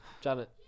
Janet